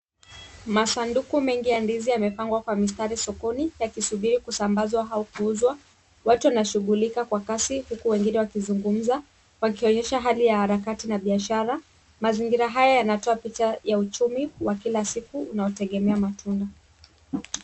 Masanduku mengi ya ndizi, yamepangwa kwa mistari sokoni, yakisubiri kusambazwa au kuuzwa. Watu wanashughulika kwa kasi, huku wengine wakizungumza, wakionyesha hali ya harakati na biashara. Mazingira haya yanatoa picha ya uchumi wa kila siku, unaotegemea matunda.